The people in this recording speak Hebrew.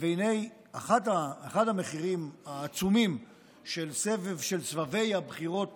והינה, אחד המחירים העצומים של סבבי הבחירות